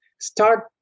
start